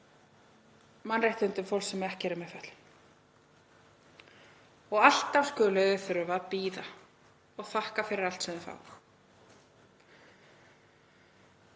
mannréttindum fólks sem ekki er með fötlun. Og alltaf skulu þau þurfa að bíða og þakka fyrir allt sem þau fá.